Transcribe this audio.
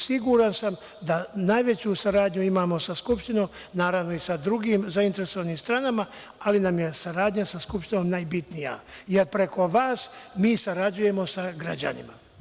Siguran sam da najveću saradnju imamo sa Skupštinom, naravno i sa drugim zainteresovanim stranama, ali nam je saradnja sa Skupštinom najbitnija, jer preko vas mi sarađujemo sa građanima.